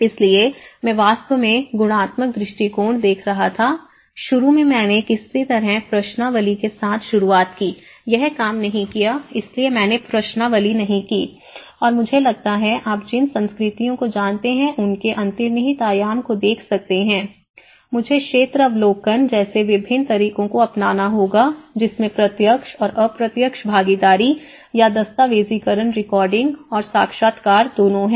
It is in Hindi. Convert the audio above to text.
इसलिए मैं वास्तव में गुणात्मक दृष्टिकोण देख रहा था शुरू में मैंने किसी तरह प्रश्नावली के साथ शुरुआत की यह काम नहीं किया इसलिए मैंने प्रश्नावली नहीं की और मुझे लगता है आप जिन संस्कृतियों को जानते हैं उनके अंतर्निहित आयाम को देख सकते हैं मुझे क्षेत्र अवलोकन जैसे विभिन्न तरीकों को अपनाना होगा जिसमें प्रत्यक्ष और अप्रत्यक्ष भागीदारी एक दस्तावेज़ीकरण रिकॉर्डिंग और साक्षात्कार दोनों हैं